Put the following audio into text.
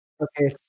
Okay